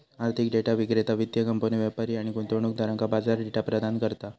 आर्थिक डेटा विक्रेता वित्तीय कंपन्यो, व्यापारी आणि गुंतवणूकदारांका बाजार डेटा प्रदान करता